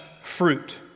fruit